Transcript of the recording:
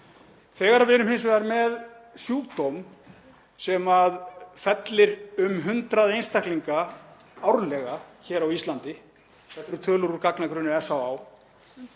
Þegar við erum hins vegar með sjúkdóm sem fellir um 100 einstaklinga árlega hér á Íslandi, þetta eru tölur úr gagnagrunni SÁÁ,